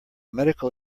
medical